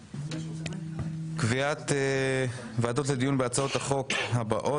קביעת ועדות לדיון בהצעות החוק הבאות: